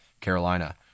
Carolina